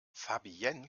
fabienne